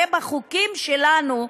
הרי בחוקים שלנו,